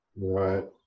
Right